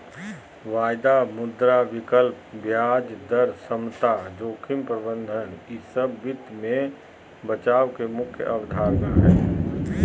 वायदा, मुद्रा विकल्प, ब्याज दर समता, जोखिम प्रबंधन ई सब वित्त मे बचाव के मुख्य अवधारणा हय